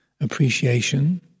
appreciation